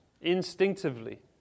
instinctively